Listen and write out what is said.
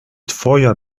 twoja